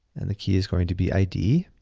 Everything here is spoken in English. and the key is going to be id.